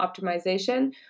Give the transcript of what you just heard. optimization